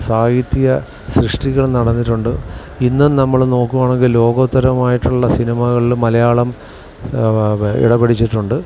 സാഹിത്യ സൃഷ്ടികൾ നടന്നിട്ടുണ്ട് ഇന്നും നമ്മൾ നോക്കുവാണെങ്കിൽ ലോകോത്തരമായിട്ടുള്ള സിനിമകളിലും മലയാളം ഇടം പിടിച്ചിട്ടുണ്ട്